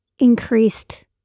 increased